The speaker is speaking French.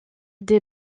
des